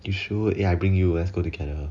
you should eh I bring you let's go together